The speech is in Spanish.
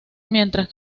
mientras